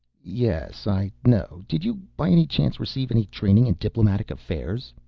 yes, i know. did you, by any chance, receive any training in diplomatic affairs?